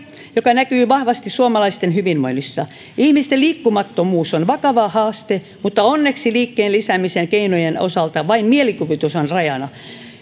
joka näkyy vahvasti suomalaisten hyvinvoinnissa ihmisten liikkumattomuus on vakava haaste mutta onneksi liikkeen lisäämisen keinoissa vain mielikuvitus on rajana